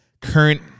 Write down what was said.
current